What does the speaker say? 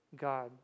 God